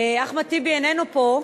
אחמד טיבי איננו פה.